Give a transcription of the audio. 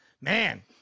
Man